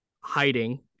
hiding